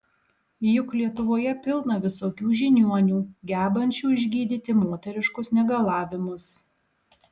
juk lietuvoje pilna visokių žiniuonių gebančių išgydyti moteriškus negalavimus